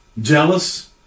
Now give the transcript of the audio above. jealous